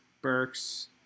Burks